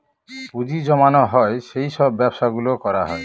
পুঁজি জমানো হয় সেই সব ব্যবসা গুলো করা হয়